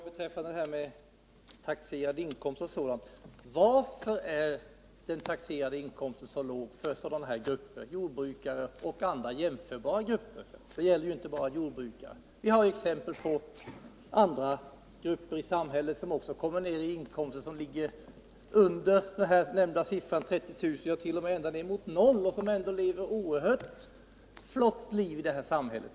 Herr talman! Jag återkommer till resonemanget om taxerad inkomst och sådant, och jag vill fråga: Varför är den taxerade inkomsten så låg för jordbrukare och andra jämförbara grupper? Det gäller ju här inte bara jordbrukare, utan vi har exempel på andra grupper som också kommer ner i inkomster som ligger under det nämnda beloppet 30 000 kr. ja, t.o.m. ända ner mot noll, och de lever trots det ett oerhört flott liv i det här samhället.